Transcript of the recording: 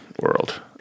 world